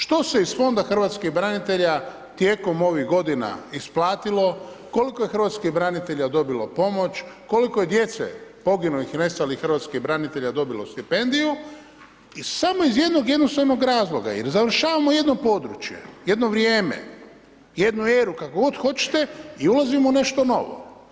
Što se iz Fonda hrvatskih branitelja tijekom ovih godina isplatilo, koliko je hrvatskih branitelja dobilo pomoć, koliko je djece poginulih i nestalih hrvatskih branitelja dobilo stipendiju i samo iz jednog jednostavnog razloga jer završavamo jedno područje, jedno vrijeme, jednu eru, kako god hoćete i ulazimo u nešto novo.